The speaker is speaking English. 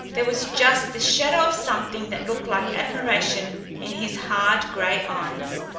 there was just the shadow of something that looked like admiration in his hard, grey eyes.